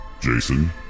Jason